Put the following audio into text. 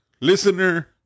listener